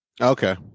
Okay